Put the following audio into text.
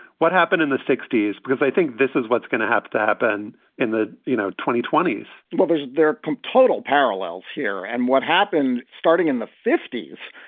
what happened in the sixty s? because i think this is what's going to have to happen in the, you know, twenty twenty point s well, there's there total parallels here. and what happened starting in the fifty s,